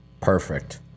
Perfect